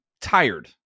tired